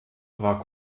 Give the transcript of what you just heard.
war